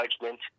judgment